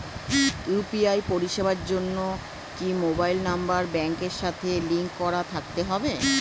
UPI পরিষেবার জন্য কি মোবাইল নাম্বার ব্যাংকের সাথে লিংক করা থাকতে হবে?